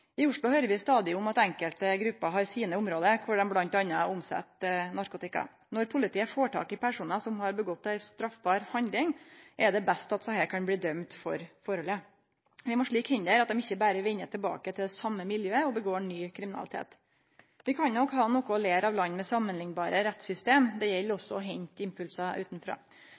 I Oslo høyrer vi stadig om at enkelte grupper har sine område der dei bl.a. omset narkotika. Når politiet får tak i personar som har gjort seg skuldige i ei straffbar handling, er det best at desse kan bli dømde for forholdet. Vi må slik hindre at dei ikkje berre vender tilbake til det same miljøet og gjer seg skuldige i ny kriminalitet. Vi kan ha noko å lære av land med samanliknbare rettssystem. Det gjeld å hente impulsar utanfrå.